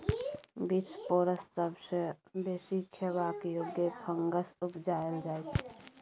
बिसपोरस सबसँ बेसी खेबाक योग्य फंगस उपजाएल जाइ छै